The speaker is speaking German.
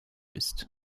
ist